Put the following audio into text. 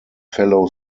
fellow